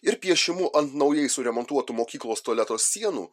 ir piešimu ant naujai suremontuotų mokyklos tualeto sienų